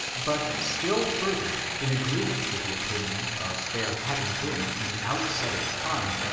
but still further, in agreement with the opinion of there having been in the outset of time,